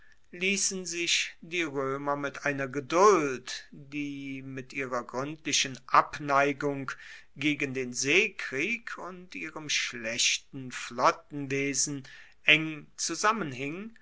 liessen sich die roemer mit einer geduld die mit ihrer gruendlichen abneigung gegen den seekrieg und ihrem schlechten flottenwesen eng zusammenhing